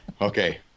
Okay